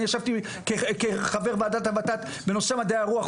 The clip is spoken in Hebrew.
אני ישבתי כחבר ועדת הות"ת בנושא מדעי הרוח,